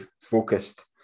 focused